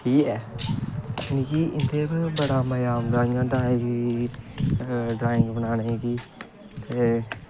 ठीक ऐ मिगी इं'दे पर बड़ा मज़ा औंदा तां कि ड्राईंग बनाने गी ते